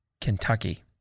Kentucky